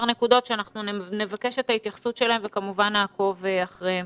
נקודות שנבקש את ההתייחסות אליהן וכמובן נעקוב אחריהן.